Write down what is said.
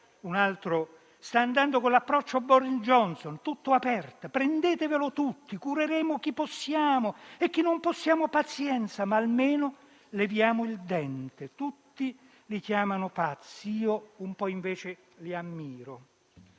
«loro stanno andando con l'approccio Boris Johnson, tutto aperto, prendetevelo tutti, cureremo chi possiamo e chi non possiamo pazienza ma almeno leviamo il dente. Tutti li chiamano pazzi, io un po' invece li ammiro».